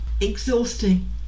exhausting